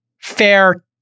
fair